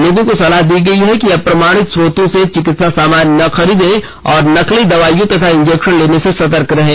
लोगों को सलाह दी गई है कि अप्रमाणित स्रोतों से चिकित्सा सामान न खरीदें और नकली दवाइयों तथा इंजेक्शन लेने से सतर्क रहें